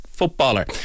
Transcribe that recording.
footballer